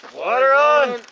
water on!